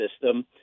system